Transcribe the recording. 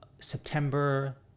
September